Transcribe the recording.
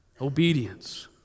Obedience